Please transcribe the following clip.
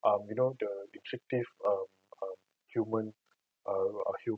um you know the restrictive um um human uh a human